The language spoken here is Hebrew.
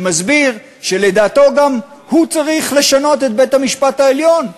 שמסביר שלדעתו הוא גם צריך לשנות את בית-המשפט העליון.